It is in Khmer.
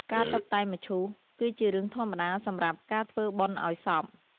ការតុបតែងមឈូស គឺជារឿងធម្មតាសម្រាប់ការធ្វើបុណ្យឲ្យសព។